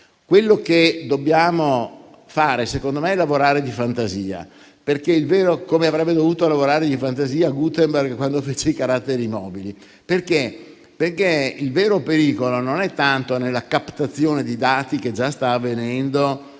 Quello che dobbiamo fare, secondo me, è lavorare di fantasia, come avrebbe dovuto lavorare di fantasia Gutenberg quando fece i caratteri mobili. Il vero pericolo, infatti, non è tanto nella captazione dei dati, che già sta avvenendo,